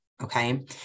Okay